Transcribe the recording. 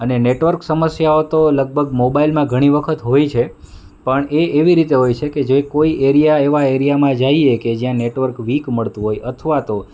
અને નેટવર્ક સમસ્યાઓ તો લગભગ મોબાઈલમાં ઘણી વખત હોય છે પણ એ એવી રીતે હોય છે જે કોઈ એરિયામાં એવા એરિયામાં જાઈએ કે જ્યાં નેટવર્ક વીક મળતું હોય અથવા તો